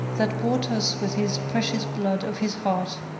that bought us with his precious blood of his heart,